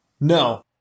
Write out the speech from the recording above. No